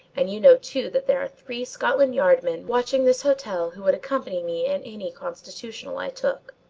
and you know too that there are three scotland yard men watching this hotel who would accompany me in any constitutional i took.